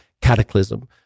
cataclysm